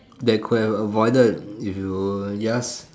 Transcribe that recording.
they could have avoided if you just